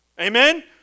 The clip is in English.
Amen